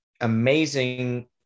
amazing